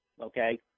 Okay